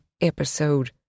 episode